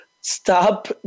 stop